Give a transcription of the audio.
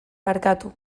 barkatu